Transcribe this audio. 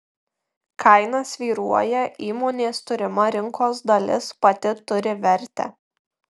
kaina svyruoja įmonės turima rinkos dalis pati turi vertę